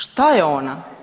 Šta je ona?